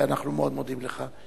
אנחנו מאוד מודים לך.